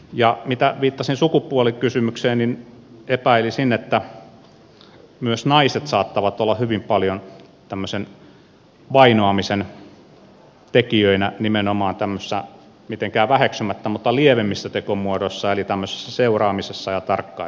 ja mitä viittasin sukupuolikysymykseen niin epäilisin että myös naiset saattavat olla hyvin paljon tämmöisen vainoamisen tekijöinä nimenomaan mitenkään väheksymättä lievemmissä tekomuodoissa eli seuraamisessa ja tarkkailussa